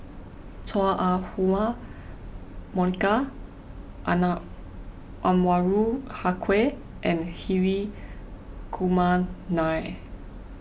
Chua Ah Huwa Monica Anwarul Haque and Hri Kumar Nair